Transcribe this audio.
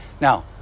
Now